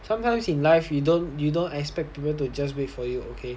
sometimes in life you don't you don't expect people to just wait for you okay